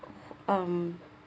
um